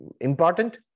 important